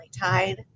tied